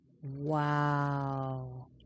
Wow